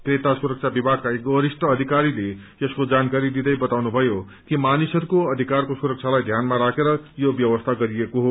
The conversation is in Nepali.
क्रेता सुरक्षा विभागका एक वरिष्ठ अधिकारीले यसको जानकारी दिँदै बताउनुभयो कि मानिसहयको अधिकरको सुरक्षालाई ध्यानमा राखेर यो व्यवस्था गरिएको हो